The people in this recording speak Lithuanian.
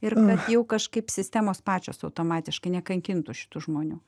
ir kad jau kažkaip sistemos pačios automatiškai nekankintų šitų žmonių